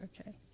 Okay